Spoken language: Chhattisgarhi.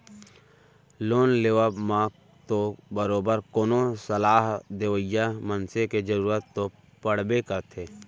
लोन लेवब म तो बरोबर कोनो सलाह देवइया मनसे के जरुरत तो पड़बे करथे